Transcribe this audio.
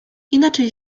inaczej